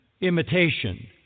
imitation